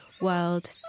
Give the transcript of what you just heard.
world